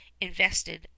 invested